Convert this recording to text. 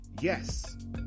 yes